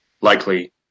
likely